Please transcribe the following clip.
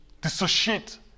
dissociate